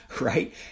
right